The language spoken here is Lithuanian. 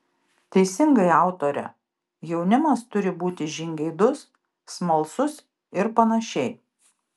teisingai autore jaunimas turi būti žingeidus smalsus ir panašiai